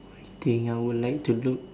I think I would like to look